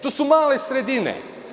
To su male sredine.